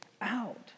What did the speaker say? out